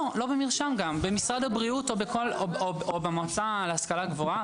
גם לא ב"מרשם" במשרד הבריאות או במועצה להשכלה גבוהה.